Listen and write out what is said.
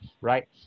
right